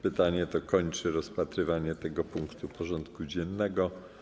Pytanie to kończy rozpatrywanie tego punktu porządku dziennego.